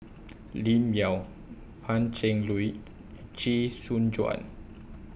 Lim Yau Pan Cheng Lui Chee Soon Juan